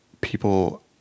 people